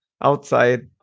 outside